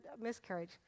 miscarriage